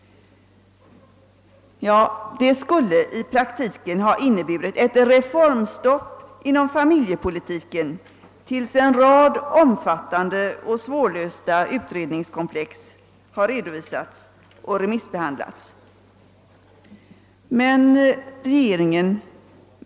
Det skulle i praktiken ha inneburit ett reformstopp i familjepolitiken till dess en hel rad omfattande och svårlösta utredningskomplex hade redovisats och remissbehandlats.